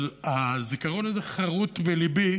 אבל הזיכרון הזה חרות בליבי